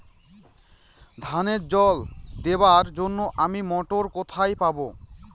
ধানে জল দেবার জন্য আমি মটর কোথায় পাবো?